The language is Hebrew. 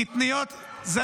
קטניות --- מתפ"ש הכחישו את זה.